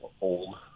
old